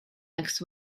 next